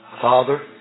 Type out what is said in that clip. Father